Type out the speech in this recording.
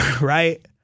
right